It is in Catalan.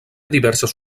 diverses